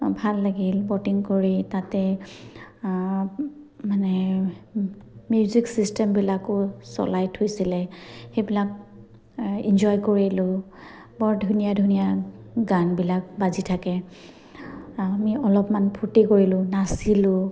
ভাল লাগিল ব'টিং কৰি তাতে মানে মিউজিক ছিষ্টেমবিলাকো চলাই থৈছিলে সেইবিলাক এনজয় কৰিলোঁ বৰ ধুনীয়া ধুনীয়া গানবিলাক বাজি থাকে আমি অলপমান ফূৰ্তি কৰিলোঁ নাচিলোঁ